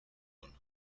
alone